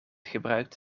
gebruikt